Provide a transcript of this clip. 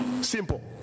Simple